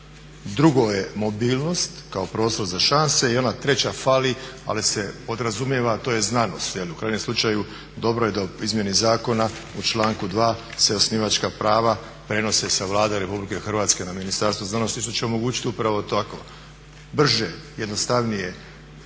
drugo je mobilnost kao prostor za šanse i ona treća fali ali se podrazumijeva, a to je znanost. U krajnjem slučaju dobro je da u izmjeni zakona u članku 2. se osnivačka prava prenose sa Vlade Republike Hrvatske na Ministarstvo znanosti što će omogućiti upravo tako brže, jednostavnije,